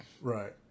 Right